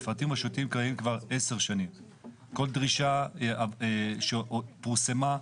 כל דרישה שפורסמה,